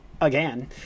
again